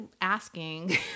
asking